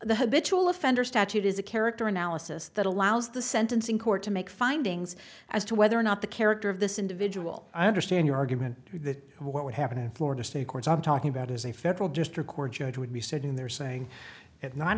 the habitual offender statute is a character analysis that allows the sentencing court to make findings as to whether or not the character of this individual i understand your argument that what would happen in florida state courts i'm talking about is a federal district court judge would be sitting there saying at nine